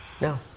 No